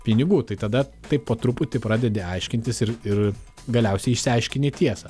pinigų tai tada taip po truputį pradedi aiškintis ir ir galiausiai išsiaiškini tiesą